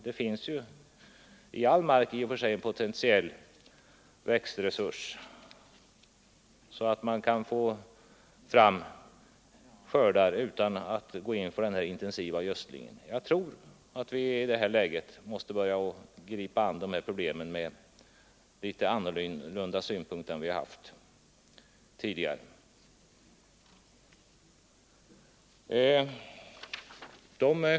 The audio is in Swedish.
Det finns som bekant i all mark en potentiell växtresurs, så att man kan få skördar utan att gå in för en intensiv gödsling. Jag tror därför att vii dagens läge måste börja angripa dessa problem från något andra utgångspunkter än vi tidigare har gjort. Herr talman!